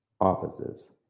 offices